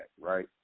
right